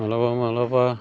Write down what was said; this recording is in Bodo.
मालाबा मालाबा